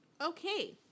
Okay